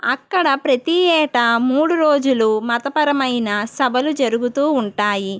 అక్కడ ప్రతీ ఏటా మూడు రోజులు మతపరమైన సభలు జరుగుతూ ఉంటాయి